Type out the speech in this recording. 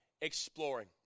Exploring